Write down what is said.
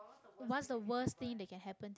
what's the worst thing that can happen